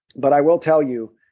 but i will tell you,